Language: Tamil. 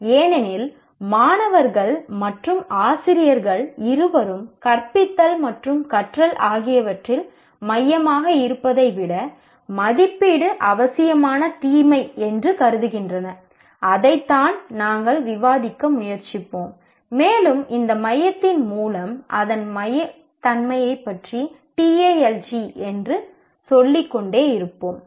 ஏனெனில் மாணவர்கள் மற்றும் ஆசிரியர்கள் இருவரும் கற்பித்தல் மற்றும் கற்றல் ஆகியவற்றில் மையமாக இருப்பதை விடமதிப்பீடு அவசியமான தீமை என்று கருதுகின்றனர் அதைத்தான் நாங்கள் விவாதிக்க முயற்சிப்போம் மேலும் இந்த மையத்தின் மூலம் அதன் மையத்தன்மையைப் பற்றி TALG என்று சொல்லிக்கொண்டே இருப்போம்